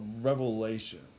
Revelation